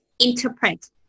interpret